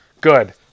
good